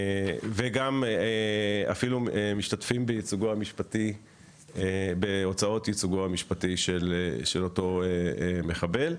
ואפילו משתתפים בהוצאות ייצוגו המשפטי של אותו מחבל.